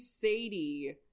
Sadie